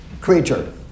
creature